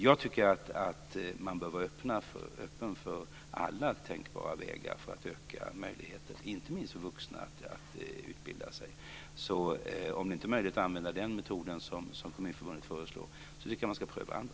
Jag tycker att man bör vara öppen för alla tänkbara vägar för att öka möjligheten, inte minst för vuxna, att utbilda sig. Om det inte är möjligt att använda den metod som Kommunförbundet föreslår, tycker jag att man ska pröva andra.